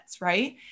right